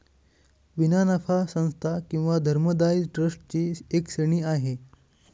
विना नफा संस्था किंवा धर्मदाय ट्रस्ट ची एक श्रेणी आहे